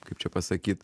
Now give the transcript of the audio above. kaip čia pasakyt